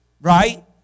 Right